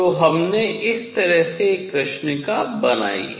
तो हमने इस तरह से एक कृष्णिका बनाई है